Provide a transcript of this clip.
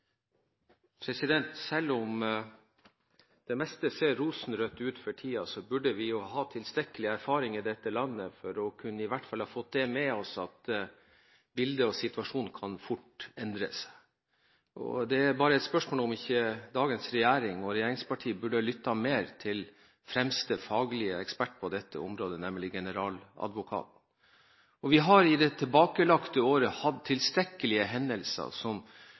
Selv om det meste ser rosenrødt ut for tiden, burde vi ha tilstrekkelig erfaring i dette landet til å kunne ha fått i hvert fall det med oss at bildet og situasjonen kan fort endre seg. Det er bare et spørsmål om ikke dagens regjering og regjeringspartier burde ha lyttet mer til fremste faglige ekspert på dette området, nemlig generaladvokaten. Vi har i det tilbakelagte året hatt tilstrekkelige hendelser som